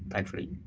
thankfully.